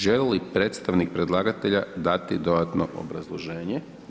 Želi li predstavnik predlagatelja dati dodatno obrazloženje?